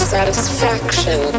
Satisfaction